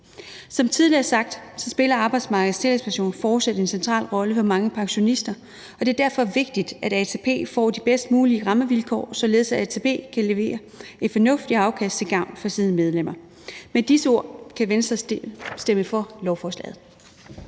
Som tidligere sagt spiller arbejdsmarkedets tillægspension fortsat en central rolle for mange pensionister, og det er derfor vigtigt, at ATP får de bedst mulige rammevilkår, således at ATP kan levere et fornuftigt afkast til gavn for sine medlemmer. Med disse ord kan Venstre stemme for lovforslaget.